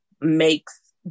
makes